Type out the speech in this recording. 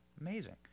Amazing